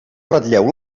ratlleu